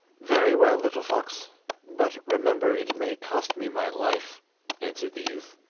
very well, little fox but remember it may cost me my life answered the youth.